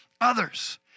others